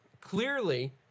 clearly